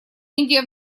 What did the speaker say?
индия